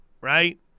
right